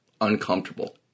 uncomfortable